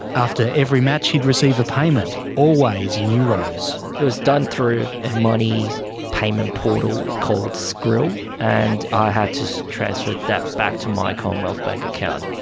after each match, he'd receive a payment, always in euros. it was done through a money payment portal called skrill. and i had to transfer that back to my commonwealth bank account.